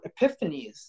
epiphanies